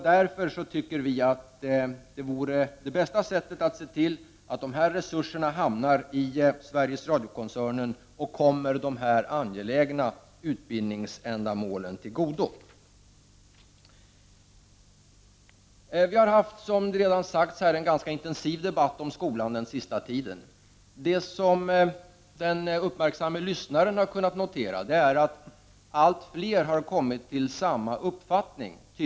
Därför tycker vi i centerpartiet att det bästa vore att man ser till att dessa resurser hamnar i Sveriges Radio-koncernen och kommer dessa angelägna utbildningsändamål till godo. Vi har, som det har sagts här, under den senaste tiden haft en ganska intensiv debatt om skolan. Det som den uppmärksamme lyssnaren har kunnat notera är att allt fler tydligen har kommit till samma uppfattning.